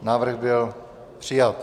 Návrh byl přijat.